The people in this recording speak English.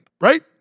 right